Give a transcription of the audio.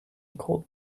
cold